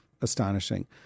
astonishing